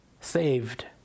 saved